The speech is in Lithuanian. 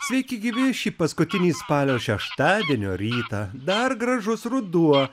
sveiki gyvi šį paskutinį spalio šeštadienio rytą dar gražus ruduo